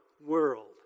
world